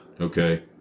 Okay